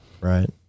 right